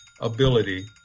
ability